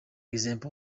example